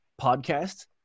podcast